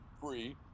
free